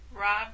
Rob